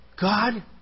God